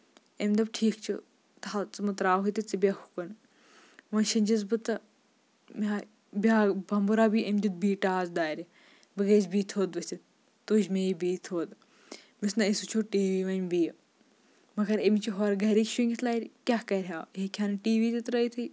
أمۍ دوٚپ ٹھیٖک چھُ تھاوو ژٕ مہ تراوٕے تہٕ ژٕ بیہہ ہُہ کُن وۄنۍ شٔنجٕس بہٕ تہٕ مےٚ آے بیاکھ بۄمبٕر آو أمۍ دیُت بیٚیہِ ٹاس دارِ بہٕ گیَس بیٚیہِ تھوٚد ؤتھِتھ تج مےٚ یہِ بیٚیہِ تھود بہٕ چھَس نَہ أسۍ وٕچھو ٹی وی وۄنۍ بیٚیہِ مَگر أمِس چھِ ہورٕ گرِکۍ شٔنگِتھ لَرِ کیاہ کرِ ہا یہِ ہٮ۪کہِ ہا نہٕ ٹی وی تہِ ترٲیتھی